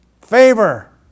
Favor